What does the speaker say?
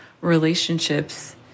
relationships